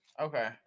okay